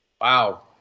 Wow